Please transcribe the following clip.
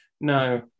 No